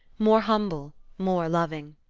more humble, more loving.